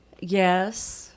Yes